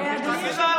והיא ביקשה,